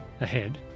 ahead